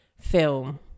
film